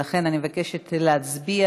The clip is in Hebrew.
לכן, אני מבקשת להצביע.